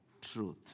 truth